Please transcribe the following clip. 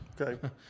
Okay